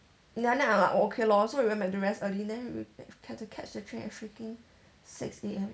then I'm like oh okay lor so we went back to rest early then have to catch the train at freaking six A_M